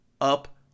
up